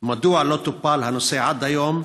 2. מדוע לא טופל הנושא עד היום?